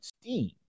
Steam